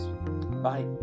Bye